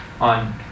on